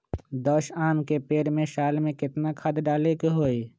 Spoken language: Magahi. दस आम के पेड़ में साल में केतना खाद्य डाले के होई?